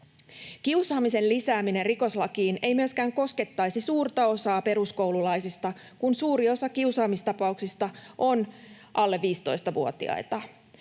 Kiusaamisen lisääminen rikoslakiin ei myöskään koskettaisi suurta osaa peruskoululaisista, kun suuri osa kiusaamistapauksista on alle 15‑vuotiailla.